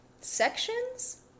sections